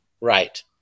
right